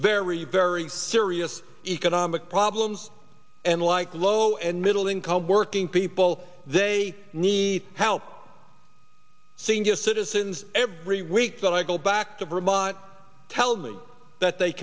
very very serious economic problems and like low and middle income working people they need help senior citizens every week that i go back to vermont tells me that they